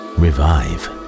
revive